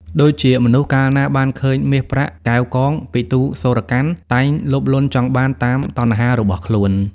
ដូចជា មនុស្សកាលណាបានឃើញមាសប្រាក់ កែវកង ពិទូរ្យសូរ្យកាន្ត តែងលោភលន់ចង់បានតាមតណ្ហារបស់ខ្លួន ។